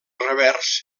revers